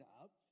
up